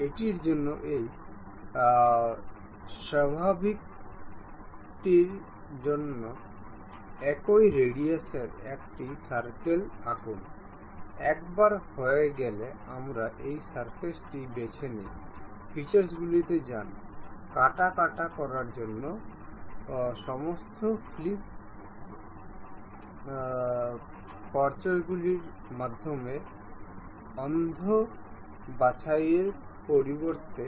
এটির জন্য এই স্বাভাবিকটির জন্য একই রেডিয়াসের একটি সার্কেল আঁকুন একবার হয়ে গেলে আমরা এই সারফেসটি বেছে নিই ফিচার্সগুলিতে যান কাটা কাটা করার জন্য সমস্ত ফ্লিপ পার্শ্বগুলির মাধ্যমে অন্ধ বাছাইয়ের পরিবর্তে